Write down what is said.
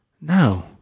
no